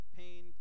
pain